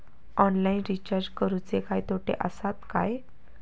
Online recharge करुचे काय तोटे आसत काय?